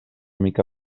mica